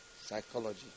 Psychology